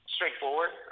straightforward